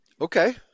Okay